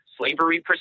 slavery